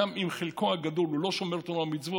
חלקו הגדול הוא לא שומר תורה ומצוות,